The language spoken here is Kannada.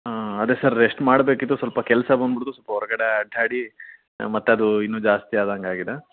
ಹಾಂ ಅದೇ ಸರ್ ರೆಸ್ಟ್ ಮಾಡಬೇಕಿತ್ತು ಸ್ವಲ್ಪ ಕೆಲಸ ಬಂದ್ಬಿಡ್ತು ಸ್ವಲ್ಪ ಹೊರಗಡೆ ಅಡ್ಡಾಡಿ ಮತ್ತೆ ಅದು ಇನ್ನು ಜಾಸ್ತಿ ಆದಂಗಾಗಿದೆ